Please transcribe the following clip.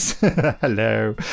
Hello